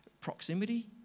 proximity